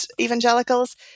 evangelicals